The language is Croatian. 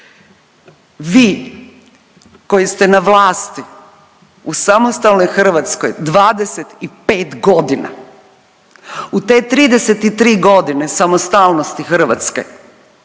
Vi koji ste na vlasti u samostalnoj Hrvatskoj 25 godina. U te 33 godine samostalnosti Hrvatske